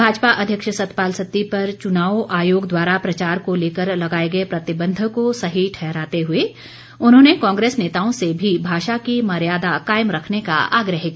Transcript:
भाजपा अध्यक्ष सतपाल सत्ती पर चुनाव आयोग द्वारा प्रचार को लेकर लगाए गए प्रतिबंध को सही ठहराते हुए उन्होंने कांग्रेस नेताओं से भी भाषा की मर्यादा कायम रखने का आग्रह किया